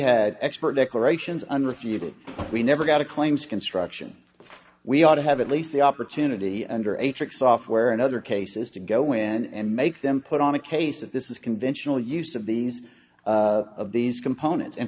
had expert declarations unrefuted we never got a claims construction we ought to have at least the opportunity under a trick software and other cases to go in and make them put on a case of this is conventional use of these of these components in